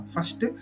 First